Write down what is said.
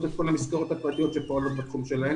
את כל המסגרות הפרטיות שפועלות בתחומן.